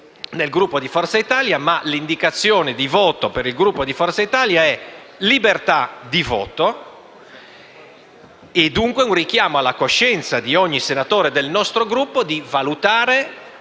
nel Gruppo di Forza Italia. L'indicazione per il Gruppo di Forza Italia è quello della libertà di voto e dunque un richiamo alla coscienza di ogni senatore del nostro Gruppo, di valutare